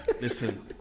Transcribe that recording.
Listen